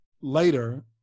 later